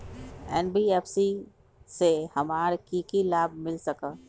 NBFC से हमार की की लाभ मिल सक?